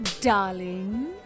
darling